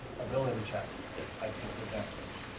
ability check yeah at disadvantage.